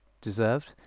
deserved